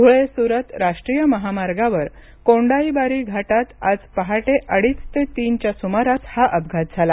धुळे सुरत राष्ट्रीय महामार्गावर कोंडाईबारी घाटात आज पहाटे अडीच ते तीनच्या सुमारास हा अपघात झाला